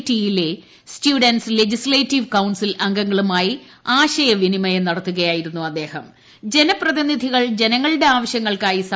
ടിയിലെ students legislative council അംഗങ്ങളുമായി ആശയവിനിമയം നടത്തുകയായിരുന്നു ജനപ്രതിനിധികൾ ജനങ്ങളുടെ ആവശ്യങ്ങൾക്കായി അദ്ദേഹം